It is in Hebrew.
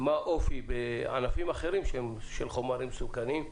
מה האופי בענפים אחרים של חומרים מסוכנים.